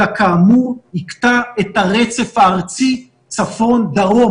אלא כאמור יקטע את הרצף הארצי צפון-דרום,